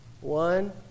one